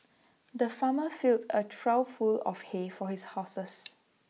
the farmer filled A trough full of hay for his horses